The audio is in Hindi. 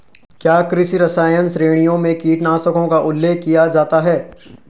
क्या कृषि रसायन श्रेणियों में कीटनाशकों का उल्लेख किया जाता है?